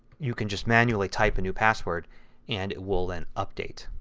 you can just manually type the new password and it will then update.